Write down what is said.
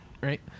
Right